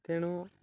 ତେଣୁ